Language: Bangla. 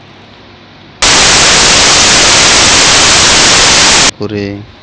বিভিল্ল্য এলজিও গুলাতে ছামাজিক কাজ গুলা ক্যরে